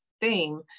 theme